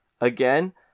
Again